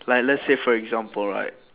like let's say for example right